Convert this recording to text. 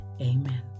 Amen